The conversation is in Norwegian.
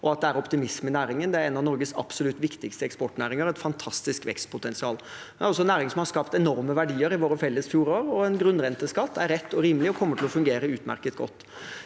og at det er optimisme i næringen. Det er en av Norges absolutt viktigste eksportnæringer – et fantastisk vekstpotensial. Det er også en næring som har skapt enorme verdier i våre felles fjorder. En grunnrenteskatt er rett og rimelig og kommer til å fungere utmerket godt.